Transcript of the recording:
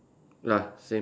ya same